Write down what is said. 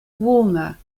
warmer